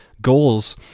Goals